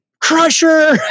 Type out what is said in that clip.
Crusher